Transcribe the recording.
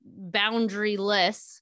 boundaryless